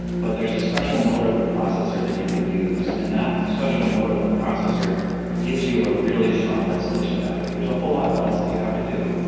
but there's a special mode of the processor that you can use, and that special mode of the processor gives you a really strong isolation boundary. there's a whole lot else that you have to do,